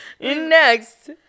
next